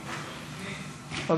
פנים.